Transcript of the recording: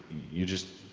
you just,